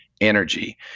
energy